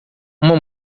uma